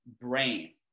brain